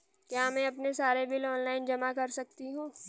क्या मैं अपने सारे बिल ऑनलाइन जमा कर सकती हूँ?